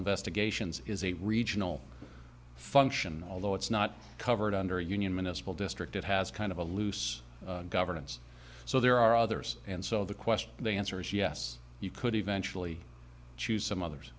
investigations is a regional function although it's not covered under union miniscule district it has kind of a loose governance so there are others and so the question they answer is yes you could eventually choose some others